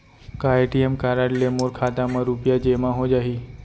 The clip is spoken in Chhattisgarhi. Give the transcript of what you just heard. का ए.टी.एम कारड ले मोर खाता म रुपिया जेमा हो जाही?